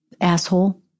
asshole